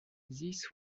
this